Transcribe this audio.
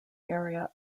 area